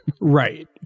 Right